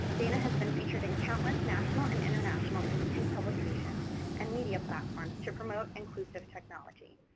dana has been featured in countless national and international industry publications and media platforms to promote inclusive technology.